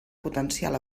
potencial